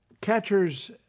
Catchers